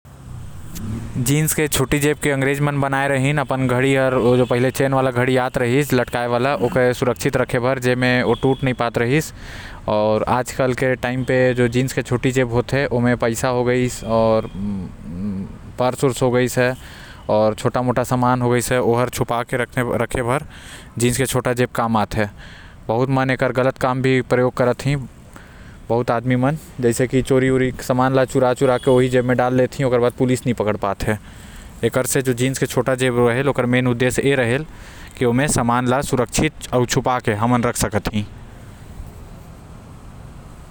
जींस के छोटा जेब ला अंग्रेज मन बनाए रहीं काबर के अपन चैन वाला घड़ी लटकाए बार आऊ आज। कल के काम होएल के उमा पैसा रखा जायल अपन मोबाइल रखा सकत हे बहुत मन एंकर गलत काम म भी प्रयोग लाते।